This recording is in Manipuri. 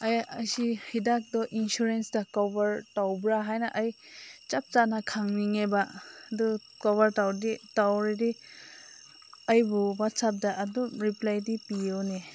ꯑꯩ ꯑꯁꯤ ꯍꯤꯗꯥꯛꯇꯣ ꯏꯟꯁꯨꯔꯦꯟꯁꯇ ꯀꯣꯕꯔ ꯇꯧꯕ꯭ꯔꯥ ꯍꯥꯏꯅ ꯑꯩ ꯆꯞ ꯆꯥꯅ ꯈꯪꯅꯤꯡꯉꯦꯕ ꯑꯗꯨ ꯀꯣꯕꯔ ꯇꯧꯔꯗꯤ ꯇꯧꯔꯗꯤ ꯑꯩꯕꯨ ꯋꯥꯆꯞꯇ ꯑꯗꯨꯝ ꯔꯤꯄ꯭ꯂꯥꯏꯗꯤ ꯄꯤꯌꯣꯅꯦ